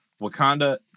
Wakanda